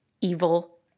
evil